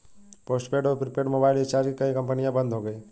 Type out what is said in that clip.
postpaid और prepaid mobile recharge की कई कंपनियां बंद हो गई